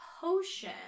potion